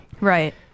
Right